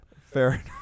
Fair